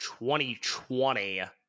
2020